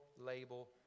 label